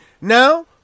Now